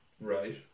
Right